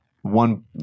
One